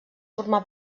formà